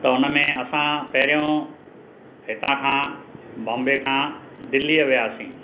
त हुन में असां पहिरियों हितां खां बॉम्बे खां दिल्लीअ वियासीं